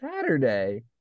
Saturday